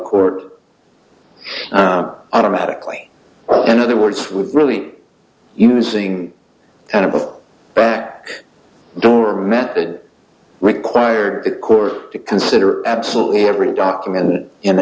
court automatically in other words with really using and of of back door method require the court to consider absolutely every